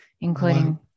Including